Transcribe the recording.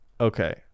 Okay